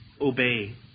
obey